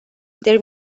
their